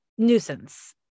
nuisance